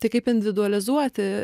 tai kaip individualizuoti